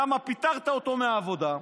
למה פיטרת אותו מהעבודה.